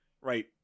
right